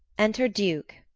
enter duke